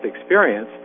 experience